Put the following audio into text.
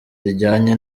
zijyanye